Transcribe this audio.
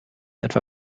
etwa